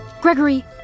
Gregory